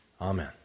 Amen